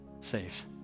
saves